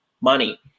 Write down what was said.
money